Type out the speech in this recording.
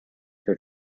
her